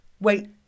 Wait